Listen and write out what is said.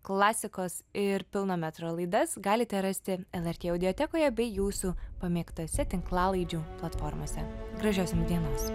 klasikos ir pilno metro laidas galite rasti lrt audiotekoje bei jūsų pamėgtose tinklalaidžių platformose gražias dienas